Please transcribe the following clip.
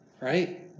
right